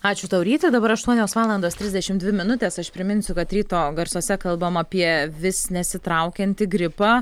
ačiū tau ryti dabar aštuonios valandos trisdešimt dvi minutės aš priminsiu kad ryto garsuose kalbam apie vis nesitraukiantį gripą